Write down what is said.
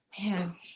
man